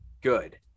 good